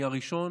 אני הראשון,